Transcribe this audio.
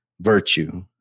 virtue